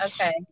Okay